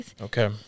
Okay